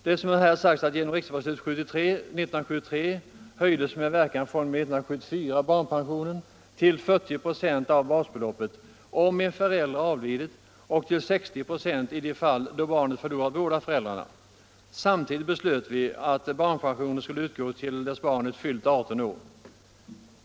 Som jag sade höjdes barnpensionen genom riksdagsbeslut 1973, med verkan fr.o.m. 1974, till 40 96 av basbeloppet om en förälder avlidit och till 60 96 i de fall då barnet förlorat båda föräldrarna. Samtidigt beslöts att barnpensionen skulle utgå till dess barnet hade fyllt 18 år.